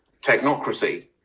technocracy